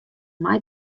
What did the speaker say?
mei